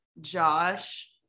Josh